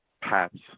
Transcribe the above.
paths